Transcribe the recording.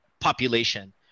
population